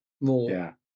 more